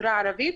בחברה הערבית,